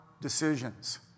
decisions